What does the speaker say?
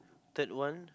third one